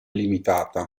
limitata